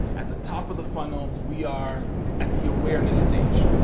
at the top of the funnel, we are at the awareness stage.